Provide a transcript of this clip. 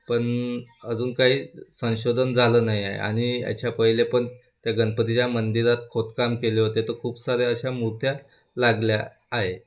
पण अजून काही संशोधन झालं नाही आहे आणि याच्या पहिले पण त्या गणपतीच्या मंदिरात खोदकाम केले होते तर खूप साऱ्या अशा मूर्त्या लागल्या आहे